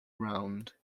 round